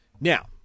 Now